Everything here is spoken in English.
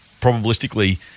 probabilistically